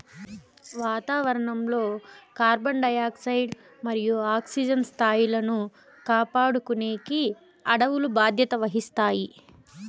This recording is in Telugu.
వాతావరణం లో కార్బన్ డయాక్సైడ్ మరియు ఆక్సిజన్ స్థాయిలను కాపాడుకునేకి అడవులు బాధ్యత వహిస్తాయి